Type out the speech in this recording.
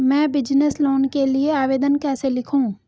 मैं business loan के लिए आवेदन कैसे लिखूँ?